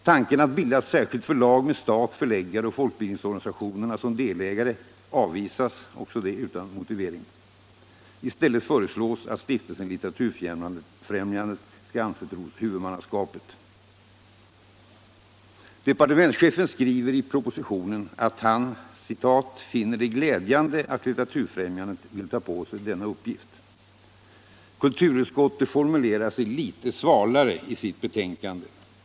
Tanken på att bilda ett särskilt förlag med stat, förläggare och folkbildningsorganisationerna som delägare avvisas också utan motivering. I stället föreslås att stiftelsen Litteraturfrimjandet skall anförtros huvudmannaskapet. | Departementschefen skriver i propositionen att han ”finner det glädjande” att Litteraturfrämjandet vill ta på sig denna uppgift. Kulturutskottet formulerar sig litet svalare i sitt betänkande.